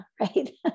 right